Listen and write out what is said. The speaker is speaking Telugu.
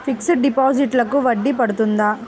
ఫిక్సడ్ డిపాజిట్లకు వడ్డీ పడుతుందా?